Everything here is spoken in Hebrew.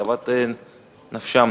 כאוות נפשם.